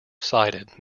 sided